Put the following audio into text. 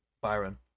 Byron